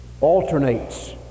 alternates